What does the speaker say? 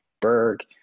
Berg